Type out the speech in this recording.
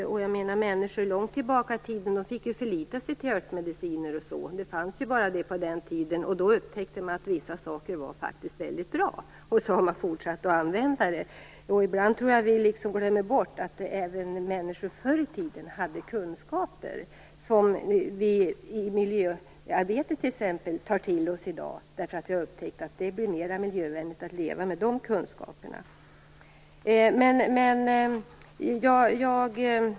Långt tillbaka i tiden fick människor förlita sig till örtmediciner. På den tiden fanns bara dessa. Då upptäckte man att vissa saker faktiskt var väldigt bra. Sedan har man fortsatt att använda dem. Ibland tror jag att vi glömmer bort att även människor förr i tiden hade kunskaper som vi tar till oss i dag i t.ex. miljöarbetet eftersom vi har upptäckt att det blir mer miljövänligt att leva med dessa kunskaper.